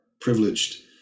privileged